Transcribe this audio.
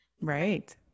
Right